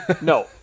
No